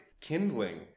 kindling